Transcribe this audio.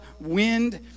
wind